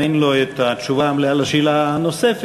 אם אין לו התשובה המלאה על השאלה הנוספת,